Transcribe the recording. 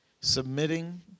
Submitting